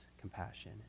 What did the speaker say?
compassion